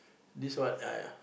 this one !aiya!